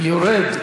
יורד.